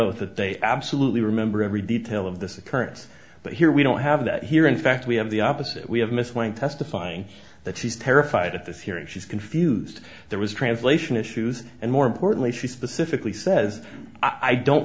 oath that they absolutely remember every detail of this occurrence but here we don't have that here in fact we have the opposite we have missed when testifying that she's terrified at this hearing she's confused there was translation issues and more importantly she specifically says i don't